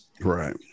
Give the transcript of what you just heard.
Right